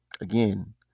again